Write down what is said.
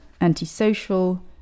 antisocial